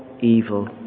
evil